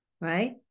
right